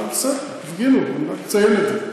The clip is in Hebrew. בסדר, הפגינו, אני רק מציין את זה.